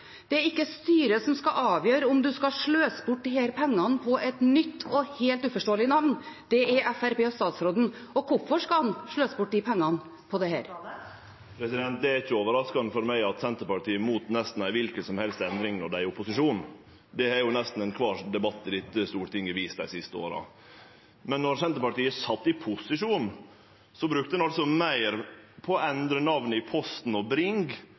Det er ikke styret som skal avgjøre om man skal sløse bort disse pengene på et nytt og helt uforståelig navn, det er Fremskrittspartiet og statsråden. Hvorfor skal han sløse bort de pengene på dette her? Det er ikkje overraskande for meg at Senterpartiet er imot nesten kva for endring som helst når dei er i opposisjon, det har nesten ein kvar debatt i dette Stortinget vist dei siste åra. Men då Senterpartiet sat i posisjon, brukte ein altså meir på å endre namnet i Posten og Bring